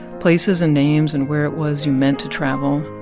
places and names and where it was you meant to travel.